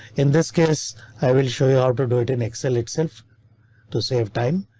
in this case i will show you how to do it in excel itself to save time.